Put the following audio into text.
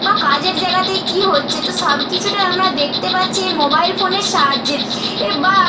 বা কাজের জায়গাতে কী হচ্ছে তো সব কিছুটাই আমরা দেখতে পাচ্ছি মোবাইল ফোনের সাহায্যে এ বা